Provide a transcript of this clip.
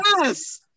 Yes